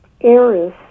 Eris